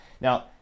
Now